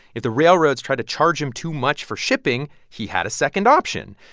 if the railroads tried to charge him too much for shipping, he had a second option.